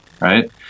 right